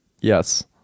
Yes